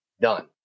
done